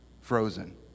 Frozen